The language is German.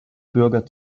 bürger